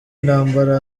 intambara